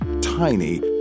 tiny